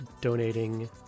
donating